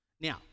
Now